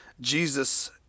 Jesus